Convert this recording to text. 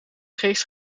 geest